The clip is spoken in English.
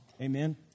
Amen